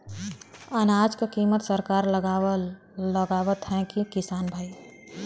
अनाज क कीमत सरकार लगावत हैं कि किसान भाई?